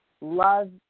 love